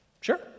sure